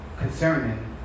concerning